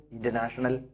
International